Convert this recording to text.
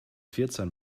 vierzehn